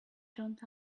joined